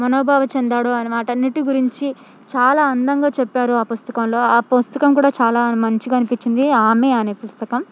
మనోభావం చెందాడు ఆయన వాటి అన్నింటి గురించి చాలా అందంగా చెప్పారు ఆ పుస్తకంలో ఆ పుస్తకం కూడా చాలా మంచిగా అనిపించింది ఆమె అనే పుస్తకం